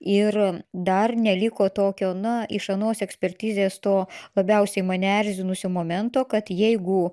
ir dar neliko tokio nu iš anos ekspertizės to labiausiai mane erzinusio momento kad jeigu